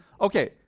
okay